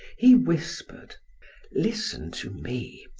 he whispered listen to me.